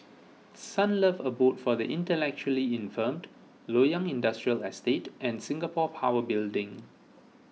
Sunlove Abode for the Intellectually Infirmed Loyang Industrial Estate and Singapore Power Building